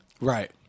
Right